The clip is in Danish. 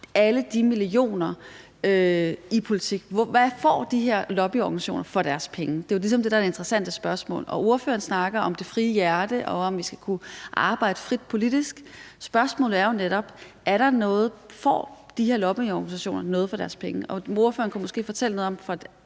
alle de millioner i politik har. Hvad får de her lobbyorganisationer for deres penge? Det er jo ligesom det, der er det interessante spørgsmål. Ordføreren snakker om det frie hjerte og om, vi skal kunne arbejde frit politisk. Spørgsmålet er jo netop, om de her lobbyorganisationer får noget for deres penge. Ordføreren kunne måske fortælle noget om fra